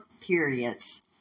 periods